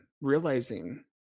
realizing